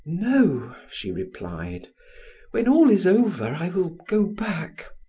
no, she replied when all is over, i will go back.